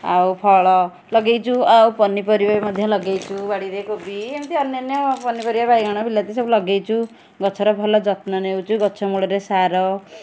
ଆଉ ଫଳ ଲଗେଇଛୁ ଆଉ ପନିପରିବା ବି ମଧ୍ୟ ଲଗେଇଛୁ ବାଡ଼ିରେ କୋବି ଏମିତି ଅନ୍ୟାନ୍ୟ ପନିପରିବା ବାଇଗଣ ବିଲାତି ସବୁ ଲଗେଇଛୁ ଗଛର ଭଲ ଯତ୍ନ ନେଉଛୁ ଗଛମୂଳରେ ସାର